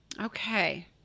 okay